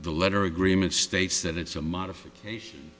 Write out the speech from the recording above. the letter agreement states that it's a modification